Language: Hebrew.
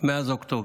מאז אוקטובר.